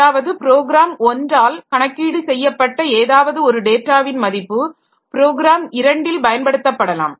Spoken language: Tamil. அதாவது ப்ரோகிராம் ஒன்றால் கணக்கீடு செய்யப்பட்ட ஏதாவது ஒரு டேட்டாவின் மதிப்பு ப்ரோக்ராம் இரண்டில் பயன்படுத்தப்படலாம்